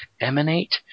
emanate